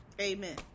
amen